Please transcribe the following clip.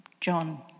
John